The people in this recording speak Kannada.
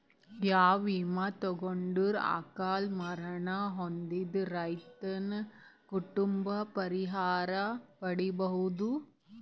ಯಾವ ವಿಮಾ ತೊಗೊಂಡರ ಅಕಾಲ ಮರಣ ಹೊಂದಿದ ರೈತನ ಕುಟುಂಬ ಪರಿಹಾರ ಪಡಿಬಹುದು?